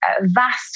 vast